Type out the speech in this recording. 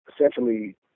essentially